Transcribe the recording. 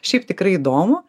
šiaip tikrai įdomu